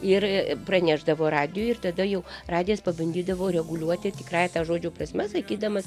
ir pranešdavo radijui ir tada jau radijas pabandydavo reguliuoti tikrąja žodžio prasme sakydamas